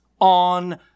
on